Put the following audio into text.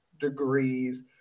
degrees